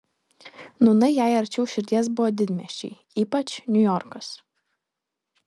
nūnai jai arčiau širdies buvo didmiesčiai ypač niujorkas